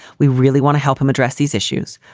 we really want to help him address these issues,